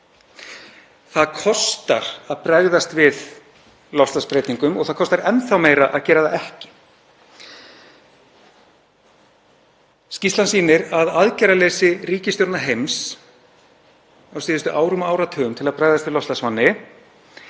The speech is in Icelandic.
Það kostar að bregðast við loftslagsbreytingum og það kostar enn þá meira að gera það ekki. Skýrslan sýnir að aðgerðaleysi ríkisstjórna heims á síðustu árum og áratugum til að bregðast við loftslagsvánni